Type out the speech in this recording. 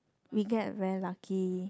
we get very lucky